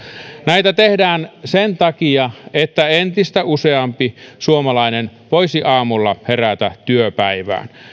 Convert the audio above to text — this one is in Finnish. näitä tehdään sen takia että entistä useampi suomalainen voisi aamulla herätä työpäivään